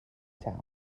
town